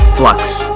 flux